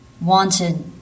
wanted